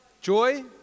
Joy